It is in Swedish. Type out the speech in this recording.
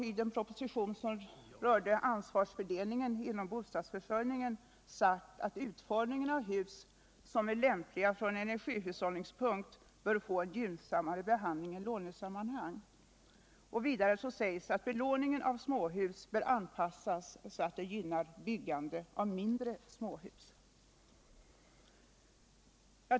I propositionen om ansvarstördelningen inom bostadsförsörjningen sades att utformningen av hus, som är lämpliga från energihushållningssynpunkt, bör få en gynnsammare behandling i lånesammanhang. Vidare sägs i propositionen att belåningen av småhus bör anpassas så att den gynnar byggande avmindre småhus.